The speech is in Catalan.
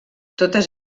totes